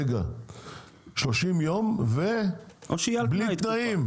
שלושים יום ובלי תנאים,